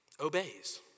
obeys